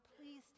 Please